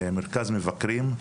מרכז מבקרים.